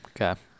Okay